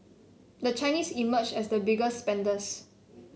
the Chinese emerged as the biggest spenders